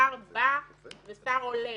שר בא ושר הולך,